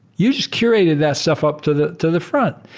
you just curated that stuff up to the to the front,